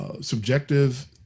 subjective